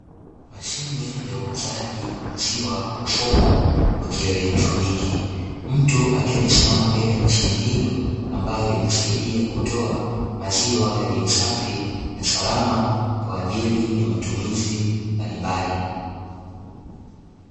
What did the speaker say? Mashine ya uuzaji wa maziwa kwa mfumo wa kielektroniki. Mtu akiwa amesimama mbele ya mashine hiyo, ambayo inasaidia kutoa maziwa yaliyo safi na salama, kwa ajili ya matumizi mbalimbali.